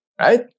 right